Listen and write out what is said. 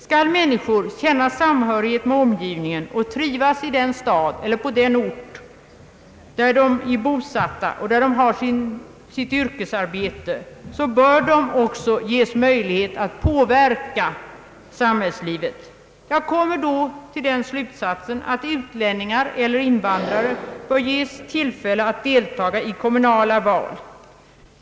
Skall människor känna samhörighet med omgivningen och trivas i den stad eller på den ort där de är bosatta och där de har sitt yrkesarbete, bör de också ges möjlighet att påverka samhällslivet. Jag kommer då till den slutsatsen att invandrare bör ges tillfälle att deltaga i kommunala val.